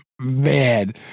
Man